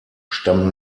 stammen